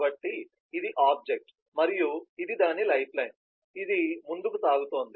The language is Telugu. కాబట్టి ఇది ఆబ్జెక్ట్ మరియు ఇది దాని లైఫ్ లైన్ ఇది ముందుకు సాగుతోంది